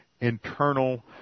internal